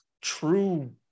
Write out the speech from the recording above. true